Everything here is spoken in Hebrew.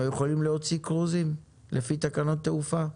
יכולים להוציא קרוזים לפי תקנות התעופה?